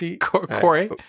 Corey